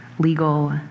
legal